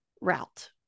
route